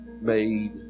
made